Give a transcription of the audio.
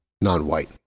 non-white